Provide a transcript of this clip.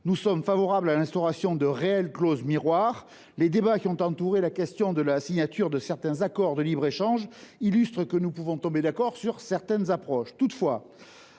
Nous sommes favorables à l’instauration de véritables clauses miroirs et les débats qui ont entouré la question de la signature de certains accords de libre échange démontrent que nous pouvons tomber d’accord sur certaines approches